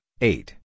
eight